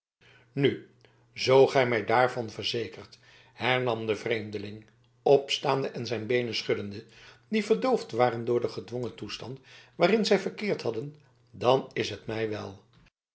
nu zoo gij mij daarvan verzekert hernam de vreemdeling opstaande en zijn beenen schuddende die verdoofd waren door den gedwongen toestand waarin zij verkeerd hadden dan is het mij wel